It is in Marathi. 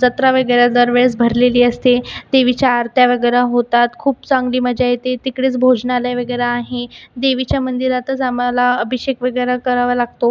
जत्रा वगैरे दर वेळेस भरलेली असते देवीच्या आरत्या वगैरे होतात खूप चांगली मजा येते तिकडेच भोजनालय वगैरे आहे देवीच्या मंदिरातच आम्हाला अभिषेक वगैरे करावा लागतो